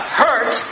hurt